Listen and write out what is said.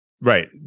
Right